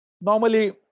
Normally